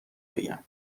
بگم